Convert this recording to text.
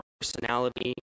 personality